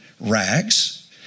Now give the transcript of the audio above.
rags